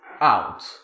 out